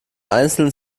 einzelnen